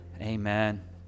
amen